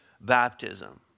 baptism